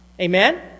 Amen